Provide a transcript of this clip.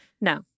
no